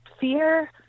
fear